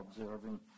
observing